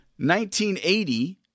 1980